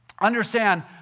Understand